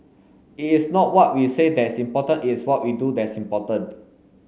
it is not what we say that's important it's what we do that's important